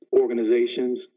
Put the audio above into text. organizations